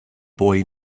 boy